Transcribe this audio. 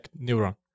neuron